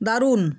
দারুণ